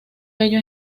bello